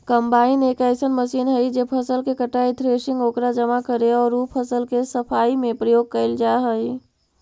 combine एक अइसन machine हई जे फसल के कटाई, थ्रेसिंग, ओकरा जमा करे औउर उ फसल के सफाई में प्रयोग कईल जा हई